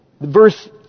Verse